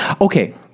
okay